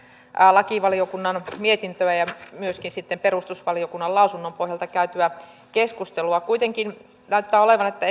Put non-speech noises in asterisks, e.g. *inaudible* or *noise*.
lakivaliokunnan mietinnön ja myöskin sitten perustuslakivaliokunnan lausunnon pohjalta käytyä keskustelua kuitenkin näyttää olevan niin että *unintelligible*